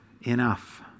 enough